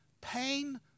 pain